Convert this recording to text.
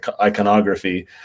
iconography